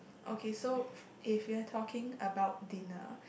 okay so if you're talking about dinner